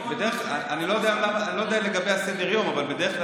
אני לא יודע לגבי סדר-היום, אבל בדרך כלל